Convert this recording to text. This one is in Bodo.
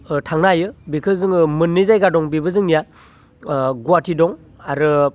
थांनो हायो बेखौ जोङो मोननै जायगा दं बेबो जोंनिया गुवाहाटी दं आरो